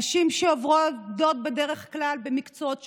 נשים שעובדות בדרך כלל במקצועות שוחקים,